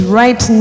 right